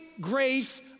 grace